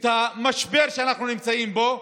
את המשבר שאנחנו נמצאים בו,